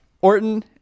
Orton